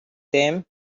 them